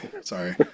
sorry